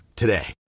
today